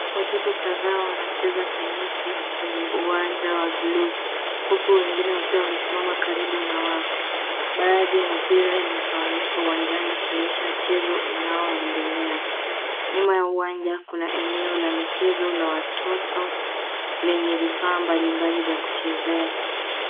Watoto kataa wancheza tenisi kwenye uwanja wa bluu huku wengine wakiwa wamesimama karibu na wavu, baadhi ya mipira imetawanyika uwanjani ukionyesha mchezo unaoendelea. Nyuma ya uwanja kuna eneo la michezo la watoto lenye vifaa mbali mbali vya kuchezea.